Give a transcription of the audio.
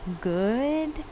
Good